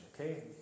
okay